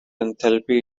enthalpy